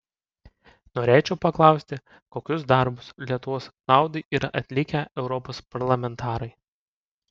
norėčiau paklausti kokius darbus lietuvos naudai yra atlikę europos parlamentarai